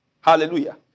hallelujah